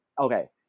okay